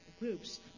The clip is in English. groups